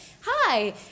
hi